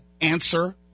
answer